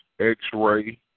X-Ray